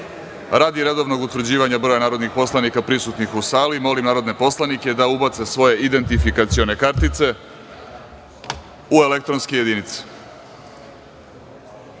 Radi redovnog utvrđivanja broja narodnih poslanika prisutnih u sali, molim narodne poslanike da ubace svoje identifikacione kartice u elektronske